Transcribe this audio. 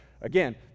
again